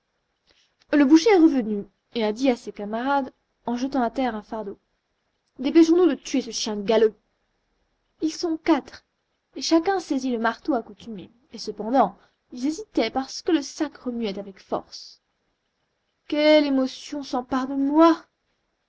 le boucher est revenu et a dit à ses camarades en jetant à terre un fardeau dépêchons-nous de tuer ce chien galeux ils sont quatre et chacun saisit le marteau accoutumé et cependant ils hésitaient parce que le sac remuait avec force quelle émotion s'empare de moi